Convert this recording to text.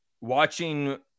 watching